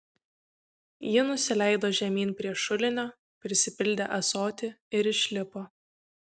ji nusileido žemyn prie šulinio prisipildė ąsotį ir išlipo